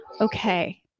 Okay